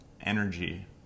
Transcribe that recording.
energy